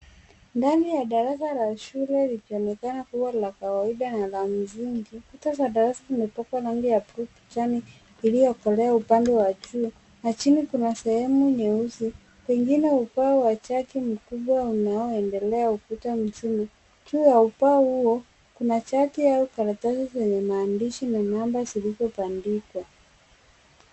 Ndani ya darasa la shule likionekana kuwa la kawaida na la msingi. Kuta za darasa imepakwa rangi ya blue pichani iliyokolea upande wa juu na chini kuna sehemu nyeusi, pengine ubao wa chaki mkubwa unaoendelea ukuta mzima. Juu ya ubao huo, kuna chati au karatasi zenye maandishi na namba zilizobandikwa.